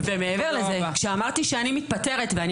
ומעבר לזה כשאמרתי שאני מתפטרת - ואני